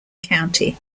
county